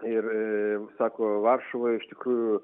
ir sako varšuvoj iš tikrųjų